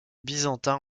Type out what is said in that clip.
byzantins